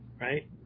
right